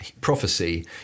prophecy